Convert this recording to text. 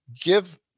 give